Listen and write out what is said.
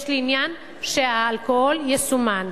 יש לי עניין שהאלכוהול יסומן.